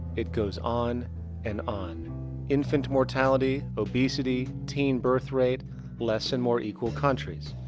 it goes on and on infant mortality obesity teen birth rate less in more equal countries.